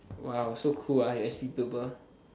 !wow! so cool ah your s_p people